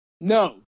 No